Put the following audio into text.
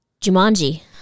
Jumanji